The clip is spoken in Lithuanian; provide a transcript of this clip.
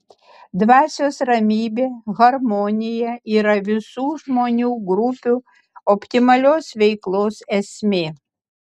dvasios ramybė harmonija yra visų žmonių grupių optimalios veiklos esmė